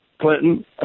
Clinton